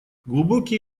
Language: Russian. глубокие